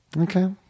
Okay